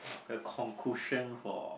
the for